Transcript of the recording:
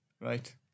right